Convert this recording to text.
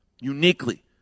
uniquely